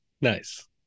Nice